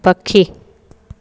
पखी